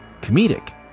comedic